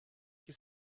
you